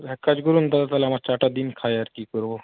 এক কাজ করুন দাদা তাহলে আমার চা টা দিন খাই আর কি করবো